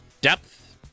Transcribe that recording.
depth